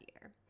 year